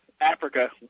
Africa